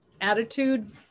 attitude